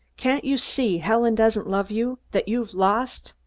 can't you see helen doesn't love you, that you've lost?